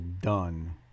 done